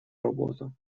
работу